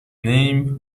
name